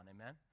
Amen